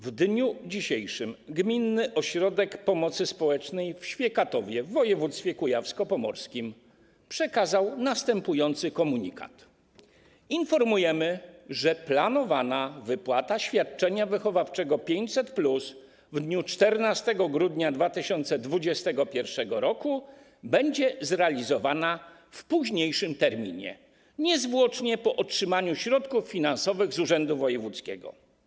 W dniu dzisiejszym Gminny Ośrodek Pomocy Społecznej w Świekatowie w województwie kujawsko-pomorskim przekazał następujący komunikat: Informujemy, że planowana wypłata świadczenia wychowawczego 500+ w dniu 14 grudnia 2021 r. będzie zrealizowana w późniejszym terminie, niezwłocznie po otrzymaniu środków finansowych z urzędu wojewódzkiego.